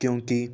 ਕਿਉਂਕਿ